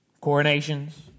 coronations